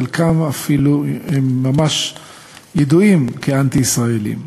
חלקם אפילו ממש ידועים כאנטי-ישראלים.